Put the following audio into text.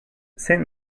saint